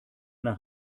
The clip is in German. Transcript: nach